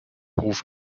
hof